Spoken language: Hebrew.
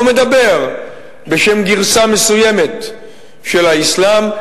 והוא מדבר בשם גרסה מסוימת של האסלאם.